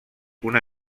una